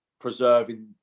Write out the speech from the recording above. preserving